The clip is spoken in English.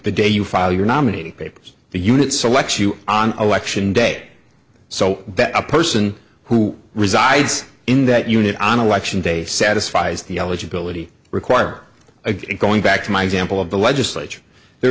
the day you file your nominated papers the unit selects you on election day so that a person who resides in that unit on election day satisfies the eligibility require a going back to my example of the legislature there